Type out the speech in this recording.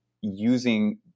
using